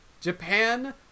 Japan